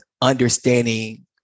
understanding